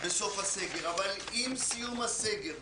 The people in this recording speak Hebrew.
אבל עם סיום הסגר,